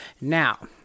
Now